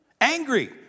Angry